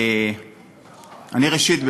ראשית,